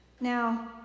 now